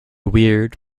weird